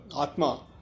Atma